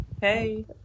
hey